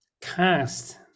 cast